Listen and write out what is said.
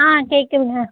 ஆ கேட்குதுங்க